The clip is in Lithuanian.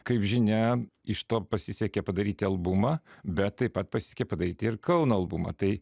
kaip žinia iš to pasisekė padaryti albumą bet taip pat pasisekė padaryti ir kauno albumą tai